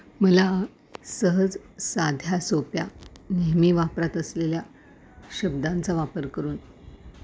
मला सहज साध्या सोप्या नेहमी वापरत असलेल्या शब्दांचा वापर करून